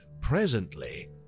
presently